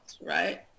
right